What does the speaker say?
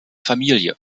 familie